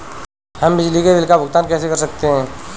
हम बिजली के बिल का भुगतान कैसे कर सकते हैं?